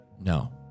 No